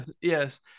Yes